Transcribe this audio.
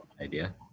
idea